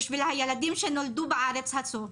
בשביל הילדים שנולדו בארץ הזו,